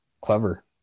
Clever